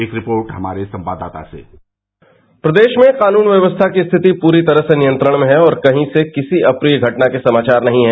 एक रिपोर्ट हमारे संवाददाता से प्रदेश में कानून व्यवस्था की स्थिति पूरी तरह से नियंत्रण में है और कहीं से किसी अप्रिय घटना के समाचार नहीं ह